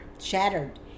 Shattered